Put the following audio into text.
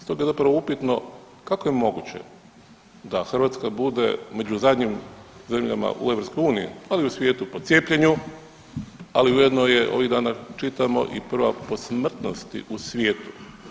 Stoga je zapravo upitno kako je moguće da Hrvatska bude među zadnjim zemljama u EU, ali i u svijetu po cijepljenju, ali ujedno je, ovih dana čitamo i prvo po smrtnosti u svijetu.